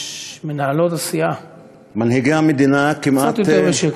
מנהלות הסיעה, קצת יותר בשקט.